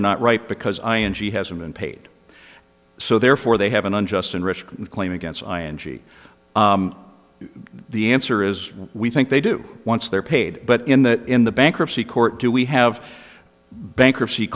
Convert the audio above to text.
are not right because i and she hasn't been paid so therefore they have an unjust and risk claim against i n g the answer is we think they do once they're paid but in that in the bankruptcy court do we have bankruptcy